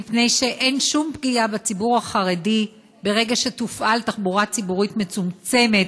מפני שאין שום פגיעה בציבור החרדי ברגע שתופעל תחבורה ציבורית מצומצמת,